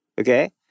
okay